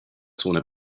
zone